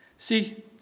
See